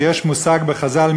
כי יש מושג בחז"ל,